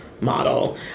model